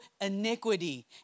iniquity